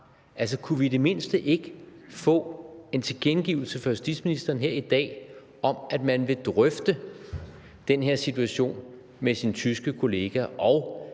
Altså, kunne vi i det mindste ikke her i dag få en tilkendegivelse fra justitsministeren af, at man vil drøfte den her situation med sin tyske kollega, og